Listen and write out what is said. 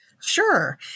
Sure